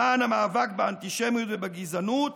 למען המאבק באנטישמיות ובגזענות